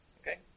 Okay